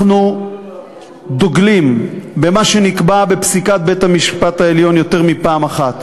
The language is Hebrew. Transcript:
אנחנו דוגלים במה שנקבע בפסיקת בית-המשפט העליון יותר מפעם אחת: